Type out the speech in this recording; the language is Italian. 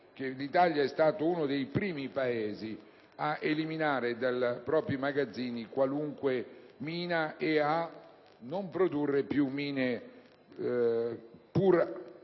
l'Italia è stata uno dei primi Paesi ad eliminare dai propri magazzini qualunque mina e a non produrne più, pur